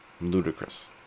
ludicrous